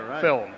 film